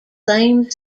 same